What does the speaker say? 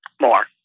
more